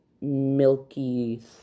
milky